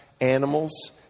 animals